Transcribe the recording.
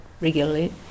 regularly